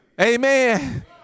Amen